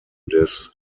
des